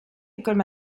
écoles